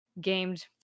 gamed